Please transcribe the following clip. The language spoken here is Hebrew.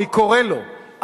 אני קורא לו,